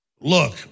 look